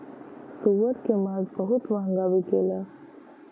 सूअर के मांस बहुत महंगा बिकेला